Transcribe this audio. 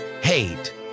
hate